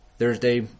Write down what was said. Thursday